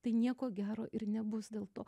tai nieko gero ir nebus dėl to